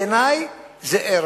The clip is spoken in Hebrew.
בעיני זה ערך.